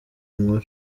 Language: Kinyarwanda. nkuru